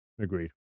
agreed